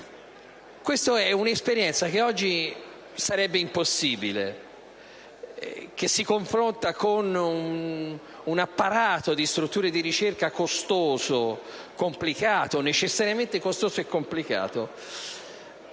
Questa è un'esperienza che oggi sarebbe impossibile, che si confronta con un apparato di strutture di ricerca necessariamente costoso e complicato.